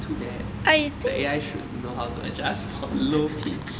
too bad the A_I should know how to adjust for low pitch